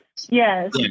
yes